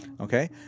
Okay